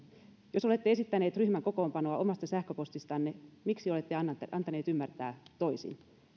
jos olette esittänyt ryhmän kokoonpanoa omasta sähköpostistanne miksi olette antanut ymmärtää toisin